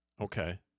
Okay